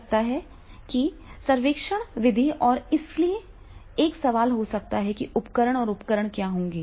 हो सकता है कि सर्वेक्षण विधि और इसलिए एक सवाल हो सकता है कि उपकरण और उपकरण क्या होंगे